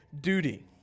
duty